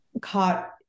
caught